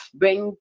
bring